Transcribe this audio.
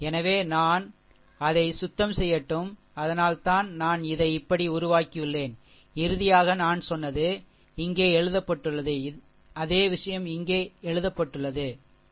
எனவே நான் அதை சுத்தம் செய்யட்டும் அதனால்தான் நான் இதை இப்படி உருவாக்கியுள்ளேன் இறுதியாக நான் சொன்னது இங்கே எழுதப்பட்டுள்ளது அதே விஷயம் இங்கே எழுதப்பட்டுள்ளது சரி